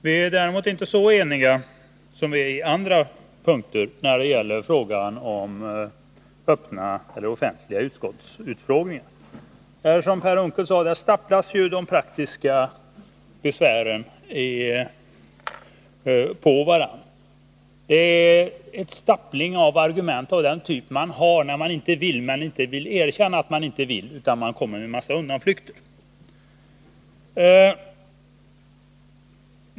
Däremot är vi inte så eniga som på andra punkter när det gäller frågan om offentliga utskottsutfrågningar. Det är som Per Unckel sade: Här staplas de praktiska besvären på varandra. Det är en stapling av argument av den typ man har när man inte vill men inte vill erkänna att man inte vill, utan kommer med en massa undanflykter.